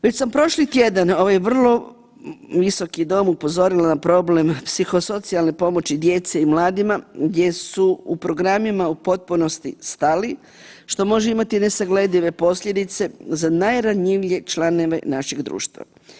Već sam prošli tjedan ovaj vrlo visoki dom upozorila na problem psihosocijalne pomoći djece i mladima gdje su u programima u potpunosti stali što može imati nesagledive posljedice za najranjivije članove našeg društva.